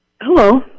Hello